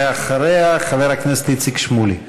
ואחריה, חבר הכנסת איציק שמולי.